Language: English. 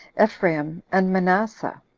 ephraim, and manasseh.